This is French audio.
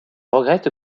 regrette